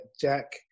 Jack